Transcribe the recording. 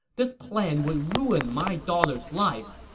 this plan would ruin my daughter's life!